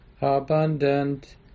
abundant